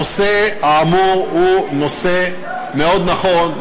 הנושא האמור הוא נושא מאוד נכון,